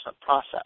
process